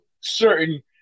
certain